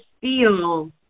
feel